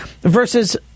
versus